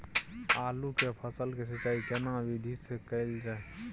आलू के फसल के सिंचाई केना विधी स कैल जाए?